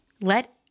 let